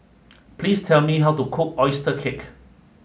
please tell me how to cook Oyster Cake